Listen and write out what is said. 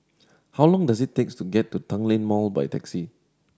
how long does it takes to get to Tanglin Mall by taxi